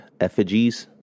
effigies